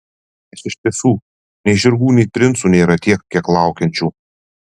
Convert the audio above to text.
nes iš tiesų nei žirgų nei princų nėra tiek kiek laukiančių